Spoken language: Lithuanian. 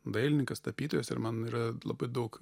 dailininkas tapytojas ir man yra labai daug